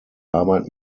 arbeit